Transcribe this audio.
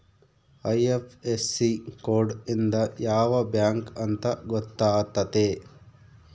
IFSC code ಇಂದ ಯಾವ bank ಅಂತ ಗೊತ್ತಾತತೆ